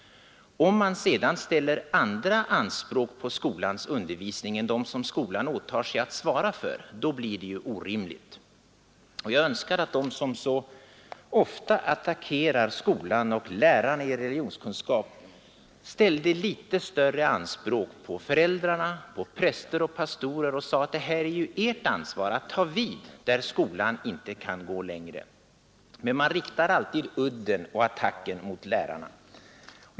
Om man sedan ställer andra anspråk på skolans undervisning än de som skolan åtar sig att svara för, blir det orimligt. Jag önskar att de som så ofta attackerar skolan och lärarna i religionskunskap ställde litet större anspråk på föräldrar, präster och pastorer och sade: Det är ert ansvar att ta vid där skolan inte kan gå längre. Men man riktar alltför ofta udden i attacken mot lärarna.